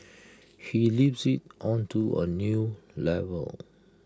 he lifts IT onto A new level